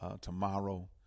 tomorrow